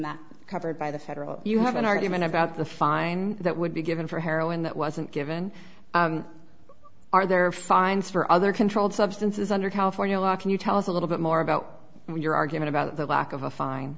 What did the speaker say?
that covered by the federal you have an argument about the fine that would be given for heroin that wasn't given are there are fines for other controlled substances under california law can you tell us a little bit more about your argument about the lack of a fine